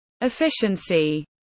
efficiency